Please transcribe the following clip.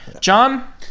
John